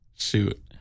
shoot